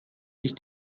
sich